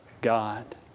God